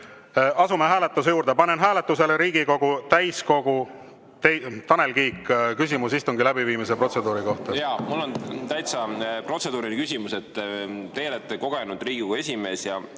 asume hääletuse juurde. Panen hääletusele Riigikogu täiskogu … Tanel Kiik, küsimus istungi läbiviimise protseduuri kohta. Jaa, mul on täitsa protseduuriline küsimus. Teie olete kogenud Riigikogu esimees ja